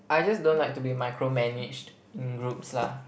I just don't like to be micro managed in groups lah